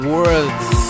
Words